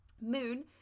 Moon